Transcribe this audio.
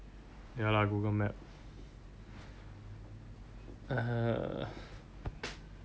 ya lah Google map ugh